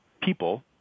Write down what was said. people